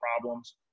problems